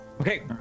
Okay